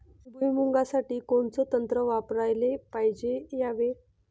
भुइमुगा साठी कोनचं तंत्र वापराले पायजे यावे?